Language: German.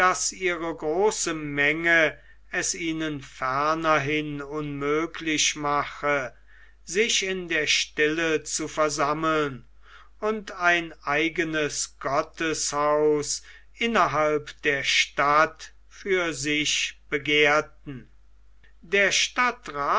ihre große menge es ihnen fernerhin unmöglich mache sich in der stille zu versammeln und ein eignes gotteshaus innerhalb der stadt für sich begehrten der stadtrath